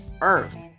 earth